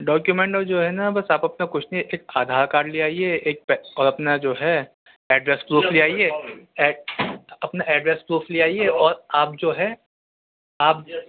document اور جو ہے نا بس آپ اپنا کچھ نہیں ایک آدھار کارڈ لے آئیے ایک پین اور اپنا جو ہے ایڈریس پروف لے آئیے اپنا ایڈریس پروف لے آئیے اور آپ جو ہے آپ